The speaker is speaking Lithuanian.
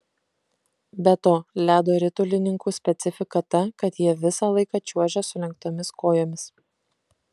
be to ledo ritulininkų specifika ta kad jie visą laiką čiuožia sulenktomis kojomis